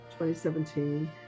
2017